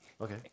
okay